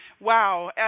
wow